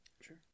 Sure